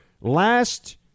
last